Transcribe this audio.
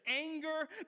anger